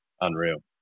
Unreal